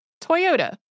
Toyota